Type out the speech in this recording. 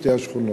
שתי השכונות.